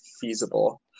feasible